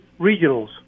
regionals